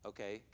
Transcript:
Okay